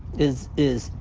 is. is.